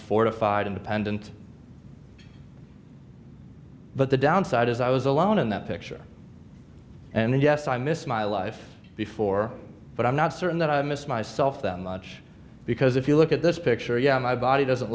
fortified independent but the downside is i was alone in that picture and yes i miss my life before but i'm not certain that i missed myself that much because if you look at this picture yeah my body doesn't